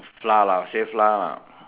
flour lah say flour lah